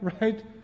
right